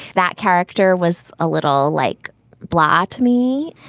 that character was a little like blah to me,